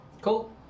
Cool